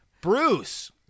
Bruce